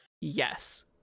yes